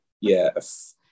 Yes